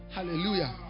Hallelujah